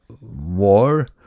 war